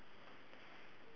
uh brown